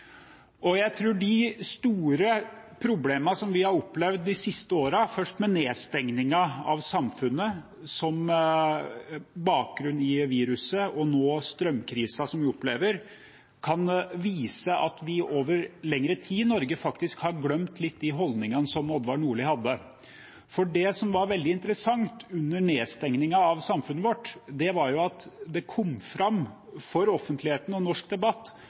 Jeg tror de store problemene vi har opplevd de siste årene, først med nedstengingen av samfunnet med bakgrunn i viruset og nå strømkrisen vi opplever, kan vise at vi over lengre tid i Norge faktisk har glemt litt de holdningene som Odvar Nordli hadde. For det som var veldig interessant under nedstengingen av samfunnet vårt, var at det kom fram for offentligheten og i norsk debatt